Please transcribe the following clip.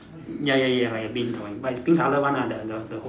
ya ya ya like a bin drawing but is pink colour one the the the hole